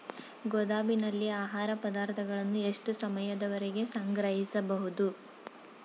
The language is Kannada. ಗೋದಾಮಿನಲ್ಲಿ ಆಹಾರ ಪದಾರ್ಥಗಳನ್ನು ಎಷ್ಟು ಸಮಯದವರೆಗೆ ಸಂಗ್ರಹಿಸಬಹುದು?